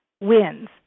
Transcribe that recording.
wins